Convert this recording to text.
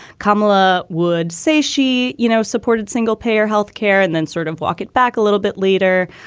kamala would say she, you know, supported single payer health care and then sort of walk it back a little bit later.